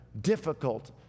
difficult